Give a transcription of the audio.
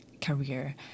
career